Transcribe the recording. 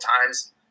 times